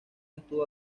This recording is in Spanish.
estuvo